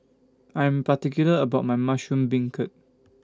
I Am particular about My Mushroom Beancurd